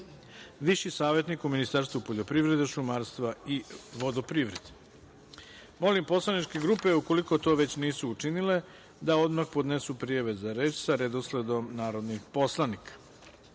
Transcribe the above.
viši savetnik u Ministarstvu poljoprivrede, šumarstva i vodoprivrede. Molim poslaničke grupe, ukoliko to već nisu učinile, da odmah podnesu prijave za reč sa redosledom narodnih poslanika. Saglasno